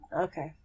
Okay